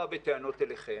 שהיה פה גם עניין עם החמאס,